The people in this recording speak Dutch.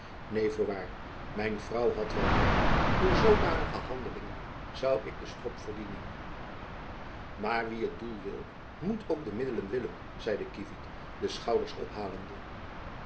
neen voorwaar mijn vrouw had wel recht door zoodanige handelingen zoû ik den strop verdienen maar wie het doel wil moet ook de middelen willen zeide kievit de schouders ophalende